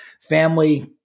Family